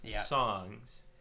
songs